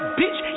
bitch